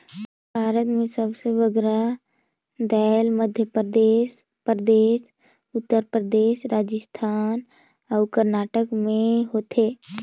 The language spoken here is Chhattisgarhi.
भारत में सबले बगरा दाएल मध्यपरदेस परदेस, उत्तर परदेस, राजिस्थान अउ करनाटक में होथे